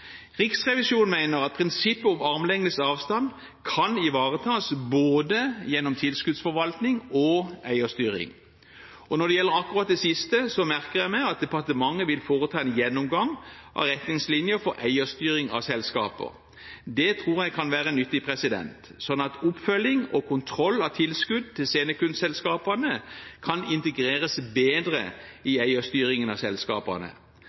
Riksrevisjonen mener at prinsippet om armlengdes avstand kan ivaretas gjennom både tilskuddsforvaltning og eierstyring. Når det gjelder akkurat det siste, merker jeg meg at departementet vil foreta en gjennomgang av retningslinjene for eierstyring av selskaper. Det tror jeg kan være nyttig, slik at oppfølging og kontroll av tilskudd til scenekunstselskapene kan integreres bedre i eierstyringen av selskapene.